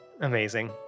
Amazing